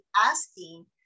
asking